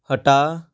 ਹਟਾ